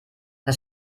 das